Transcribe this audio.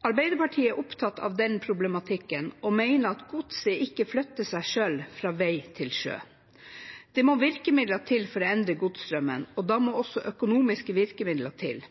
Arbeiderpartiet er opptatt av denne problematikken og mener at godset ikke flytter seg selv fra veg til sjø. Det må virkemidler til for å endre godsstrømmene, og da må det også økonomiske virkemidler til.